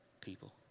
people